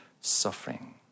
suffering